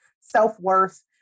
self-worth